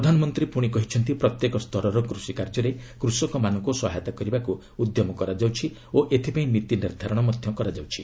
ପ୍ରଧାନମନ୍ତ୍ରୀ ପୁଣି କହିଛନ୍ତି ପ୍ରତ୍ୟେକ ସ୍ତରର କୂଷି କାର୍ଯ୍ୟରେ କୁଷକମାନଙ୍କୁ ସହାୟତା କରିବାକୁ ଉଦ୍ୟମ କରାଯାଉଛି ଓ ଏଥିପାଇଁ ନୀତି ନିର୍ଦ୍ଧାରଣ କରାଯାଉଛି